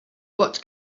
what